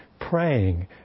praying